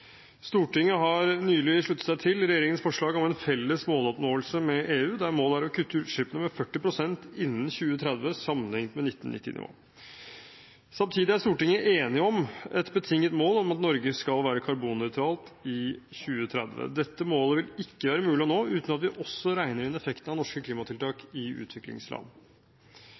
Stortinget har nylig sluttet seg til regjeringens forslag om en felles måloppnåelse med EU, der målet er å kutte utslippene med 40 pst. innen 2030 sammenliknet med 1990-nivå. Samtidig er Stortinget enig om et betinget mål om at Norge skal være karbonnøytralt i 2030. Dette målet vil ikke være mulig å nå uten at vi også regner inn effekten av norske klimatiltak